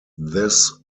this